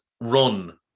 run